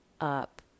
up